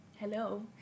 Hello